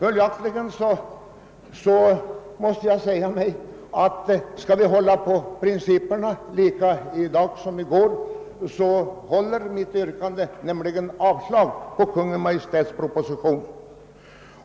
Skall vi hålla på principerna på samma sätt i dag som i går, håller mitt yrkande om avslag på Kungl. Maj:ts proposition.